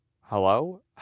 hello